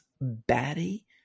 batty